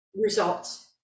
results